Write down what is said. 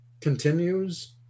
Continues